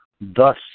Thus